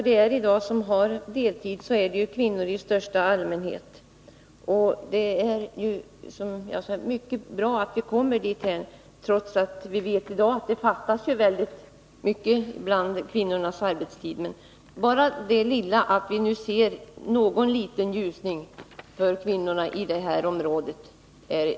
Det är i dag främst kvinnor som deltidsarbetar. Visserligen är det fortfarande alltför många som gör det, men bara detta att vi nu ser någon liten ljusning för kvinnorna inger förhoppningar.